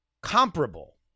comparable